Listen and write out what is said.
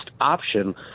option